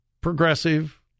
progressive